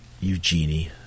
Eugenie